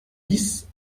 dix